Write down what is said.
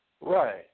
Right